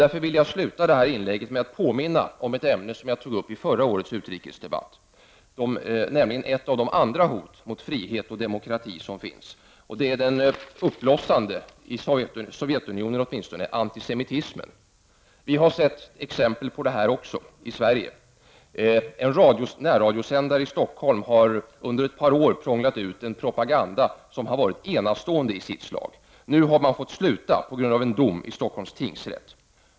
Därför vill jag sluta mitt inlägg med att påminna om ett ämne som jag tog upp i förra årets utrikesdebatt, nämligen ett av de andra hoten mot frihet och demokrati: den ”fortblossande” antisemitismen i åtminstone Sovjetunionen. Vi har sett exempel på detta också i Sverige. En närradiosändare i Stockholm har under ett par år prånglat ut propaganda som har varit enastående i sitt slag. Nu har man fått sluta efter en dom i Stockholms tingsrätt.